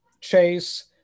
Chase